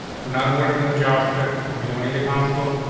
we're not working with job script, so we don't need a council.